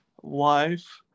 wife